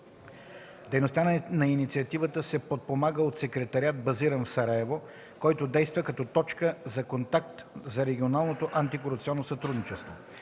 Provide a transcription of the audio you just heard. Дейността на Инициативата се подпомага от Секретариат, базиран в Сараево, който действа като точка за контакт за регионалното антикорупционно сътрудничество.